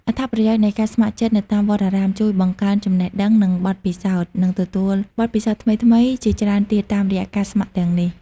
អត្ថប្រយោជន៍នៃការស្ម័គ្រចិត្តនៅតាមវត្តអារាម ជួយបង្កើនចំណេះដឹង និងបទពិសោធន៍ នឹងទទួលបទពិសោធន៍ថ្មីៗជាច្រើនទៀតតាមរយៈការស្ម័គ្រទាំងនេះ។